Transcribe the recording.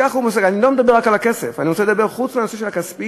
אני לא מדבר רק על הכסף, פרט לנושא הכספי,